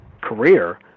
career